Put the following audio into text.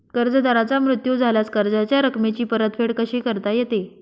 कर्जदाराचा मृत्यू झाल्यास कर्जाच्या रकमेची परतफेड कशी करता येते?